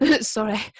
sorry